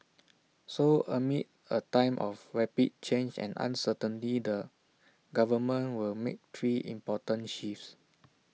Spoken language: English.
so amid A time of rapid change and uncertainty the government will make three important shifts